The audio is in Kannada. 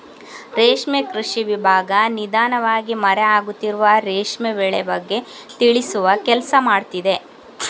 ರೇಷ್ಮೆ ಕೃಷಿ ವಿಭಾಗ ನಿಧಾನವಾಗಿ ಮರೆ ಆಗುತ್ತಿರುವ ರೇಷ್ಮೆ ಬೆಳೆ ಬಗ್ಗೆ ತಿಳಿಸುವ ಕೆಲ್ಸ ಮಾಡ್ತಿದೆ